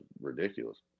ridiculous